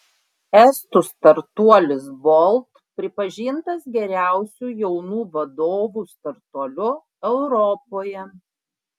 estų startuolis bolt pripažintas geriausiu jaunų vadovų startuoliu europoje